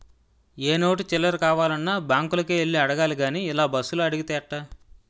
ఏ note చిల్లర కావాలన్నా బాంకులకే యెల్లి అడగాలి గానీ ఇలా బస్సులో అడిగితే ఎట్టా